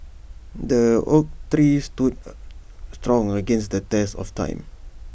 the oak tree stood strong against the test of time